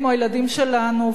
כמו הילדים שלנו,